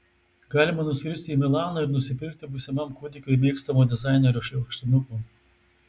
galima nuskristi į milaną ir nusipirkti būsimam kūdikiui mėgstamo dizainerio šliaužtinukų